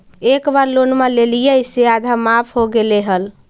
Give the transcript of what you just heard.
एक बार लोनवा लेलियै से आधा माफ हो गेले हल?